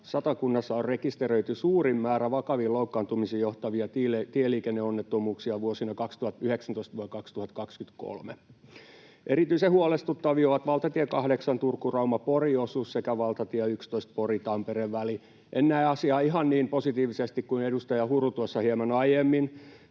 Satakunnassa on rekisteröity suurin määrä vakaviin loukkaantumisiin johtavia tieliikenneonnettomuuksia vuosina 2019—2023. Erityisen huolestuttavia ovat valtatie 8:n Turku—Rauma—Pori-osuus sekä valtatie 11:n Pori—Tampere-väli. En näe asiaa ihan niin positiivisesti kuin edustaja Huru tuossa hieman aiemmin.